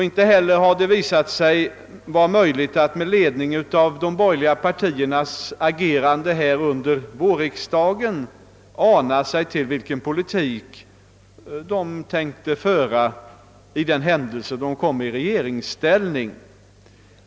Inte heller har det varit möjligt att med ledning av de borgerliga partiernas agerande under vårriksdagen ana sig till vilken politik de tänkte föra därest de skulle komma i regeringsställning.